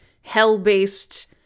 Hell-based